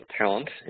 talent